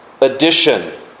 addition